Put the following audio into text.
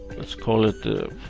let's call it